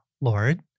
Lord